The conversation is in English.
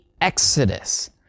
exodus